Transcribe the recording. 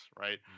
right